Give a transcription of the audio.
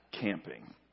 camping